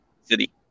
City